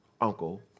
uncle